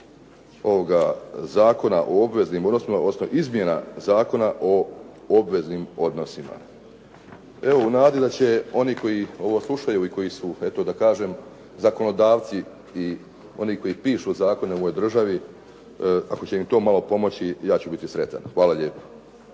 izmjena Zakona o obveznim odnosima. Evo u nadi da će oni koji ovo slušaju i koji su eto da kažem zakonodavci i oni koji pišu zakone u ovoj državi, ako će im to malo pomoći, ja ću biti sretan. Hvala lijepo.